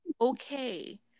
okay